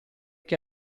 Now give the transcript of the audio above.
che